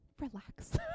relax